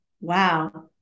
wow